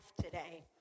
today